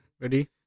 Ready